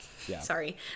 sorry